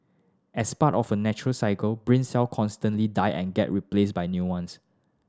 as part of a natural cycle brain cell constantly die and get replaced by new ones